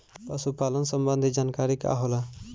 पशु पालन संबंधी जानकारी का होला?